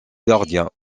gardiens